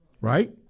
right